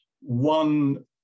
one